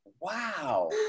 Wow